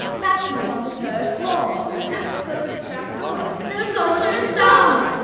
that's what's on the third floor. that's what's under the trap door. the the sorcerer's stone.